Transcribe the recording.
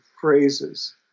phrases